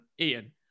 Ian